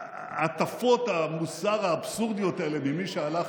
הטפות המוסר האבסורדיות האלה ממי שהלך